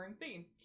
theme